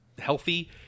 healthy